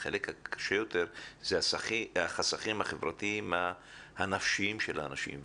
זה החסכים החברתיים והנפשיים של האנשים.